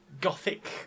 gothic